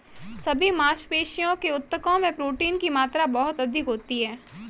सभी मांसपेशियों के ऊतकों में प्रोटीन की मात्रा बहुत अधिक होती है